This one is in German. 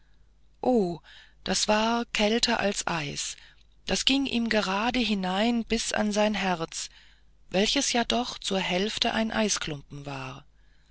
o das war kälter als eis das ging ihm gerade hinein bis an sein herz welches ja doch zur hälfte ein eisklumpen war